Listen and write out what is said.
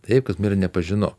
taip kas mum yra nepažinu